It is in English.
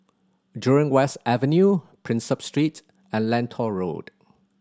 Jurong West Avenue Prinsep Street and Lentor Road